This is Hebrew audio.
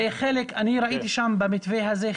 אני ראיתי שם במתווה הזה,